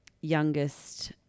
youngest